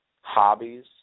hobbies